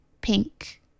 pink